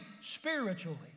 spiritually